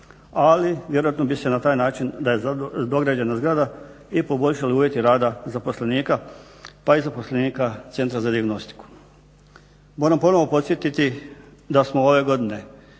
ali vjerojatno bi se na taj način da je dograđena zgrada i poboljšali uvjeti rada zaposlenika pa i zaposlenika Centra za dijagnostiku. Moram ponovo podsjetiti da smo ove godine